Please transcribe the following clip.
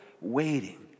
waiting